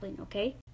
okay